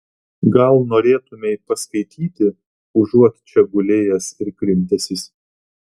gal norėtumei paskaityti užuot čia gulėjęs ir krimtęsis